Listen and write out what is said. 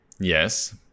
Yes